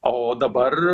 o dabar